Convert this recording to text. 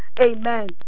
Amen